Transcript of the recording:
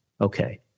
Okay